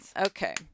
Okay